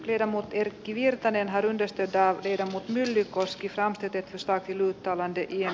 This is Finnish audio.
kiramo erkki virtanen hardest ei saa viedä myös ylikoski framtide pysäkiltä avaintekijä